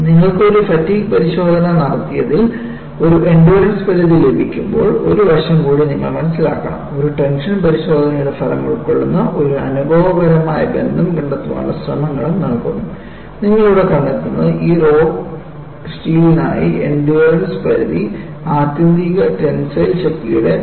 നിങ്ങൾക്ക് ഒരു ഫാറ്റിഗ് പരിശോധന നടത്തിയതിൽ ഒരു എൻഡ്യൂറൻസ് പരിധി ലഭിക്കുമ്പോൾ ഒരു വശം കൂടി നിങ്ങൾ മനസ്സിലാക്കണം ഒരു ടെൻഷൻ പരിശോധനയുടെ ഫലം ഉൾക്കൊള്ളുന്ന ഒരു അനുഭവപരമായ ബന്ധം കണ്ടെത്താനുള്ള ശ്രമങ്ങളും നടക്കുന്നു നിങ്ങൾ ഇവിടെ കണ്ടെത്തുന്നത് ഈ റോഡ് സ്റ്റീലിനായി എൻഡ്യൂറൻസ് പരിധി ആത്യന്തിക ടെൻസൈൽ ശക്തിയുടെ 0